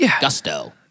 gusto